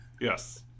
Yes